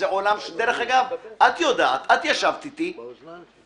דרך אגב, את יודעת, את ישבתי איתי